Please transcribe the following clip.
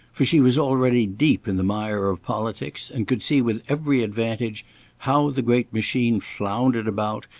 for she was already deep in the mire of politics and could see with every advantage how the great machine floundered about,